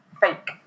fake